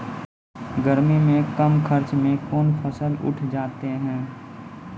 गर्मी मे कम खर्च मे कौन फसल उठ जाते हैं?